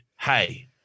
hey